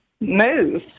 move